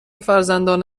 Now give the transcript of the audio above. فرزندان